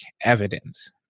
evidence